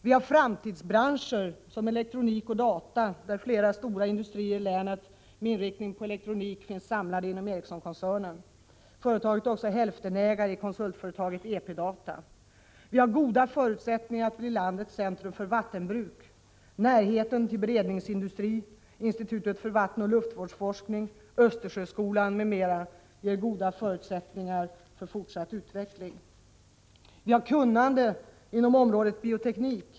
Vi har framtidsbranscher som elektronik och data, där flera stora industrier i länet med inriktning på elektronik finns samlade inom Ericsonkoncernen. Företaget är också hälftenägare i konsultföretaget EP-Data. Blekinge har goda förutsättningar att bli landets centrum för vattenbruk. Närheten till beredningsindustri, till institutet för vattenoch luftvårdsforskning, till Östersjöskolan m.m. ger goda förutsättningar för fortsatt utveckling. Vi har kunnande inom området bioteknik.